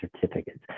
certificates